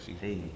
Hey